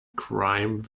crime